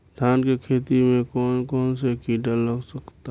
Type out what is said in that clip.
धान के खेती में कौन कौन से किड़ा लग सकता?